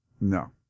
No